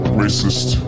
racist